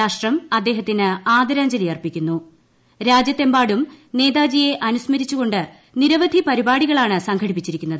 രാഷ്ട്രം അദ്ദേഹത്തിന് രാജ്യത്തെമ്പാടും നേതാജിയെ അനുസ്മരിച്ചുകൊണ്ട് നിരവധി പരിപാടികളാണ് സംഘടിപ്പിച്ചിരിക്കുന്നത്